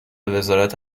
وزارت